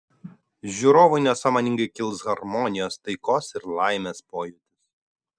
žiūrovui nesąmoningai kils harmonijos taikos ir laimės pojūtis